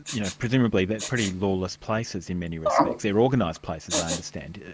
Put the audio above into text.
you know, presumably they're pretty lawless places in many respects. they're organised places, i understand,